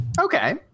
Okay